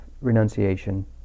renunciation